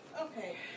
Okay